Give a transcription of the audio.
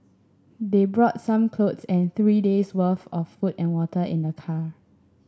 they brought some clothes and three days'worth of food and water in the car